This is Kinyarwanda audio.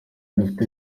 dufite